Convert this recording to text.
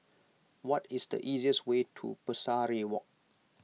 what is the easiest way to Pesari Walk